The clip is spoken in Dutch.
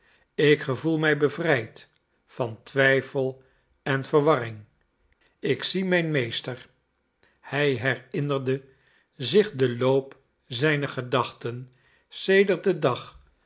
ik gevoel mij bevrijd van twijfel en verwarring ik zie mijn meester hij herinnerde zich den loop zijner gedachten sedert den dag